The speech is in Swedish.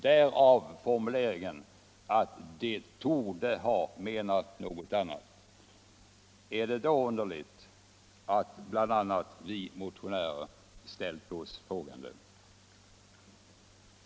Därav formuleringen ”torde ha tillagts vidare innebörd”. Är det då underligt att bl.a. vi motionärer har ställt oss frågande?